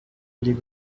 leave